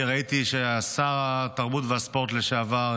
כי ראיתי ששר התרבות והספורט לשעבר,